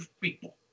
people